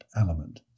element